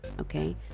okay